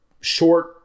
short